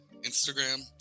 Instagram